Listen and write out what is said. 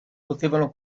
potevano